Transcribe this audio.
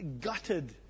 gutted